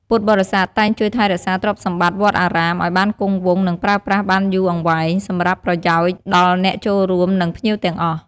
ការរៀបចំកន្លែងសម្រាក សម្រាប់ភ្ញៀវដែលមកពីឆ្ងាយខ្លាំង និងត្រូវស្នាក់នៅមួយយប់ ឬច្រើនថ្ងៃ ពុទ្ធបរិស័ទតែងជួយរៀបចំកន្លែងសម្រាកបណ្ដោះអាសន្ននៅក្នុងបរិវេណវត្ត ឬសាលាឆាន់។